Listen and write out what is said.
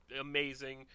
amazing